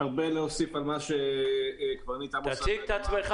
הרבה להוסיף על מה שקברניט עמוס --- תציג את עצמך,